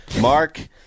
Mark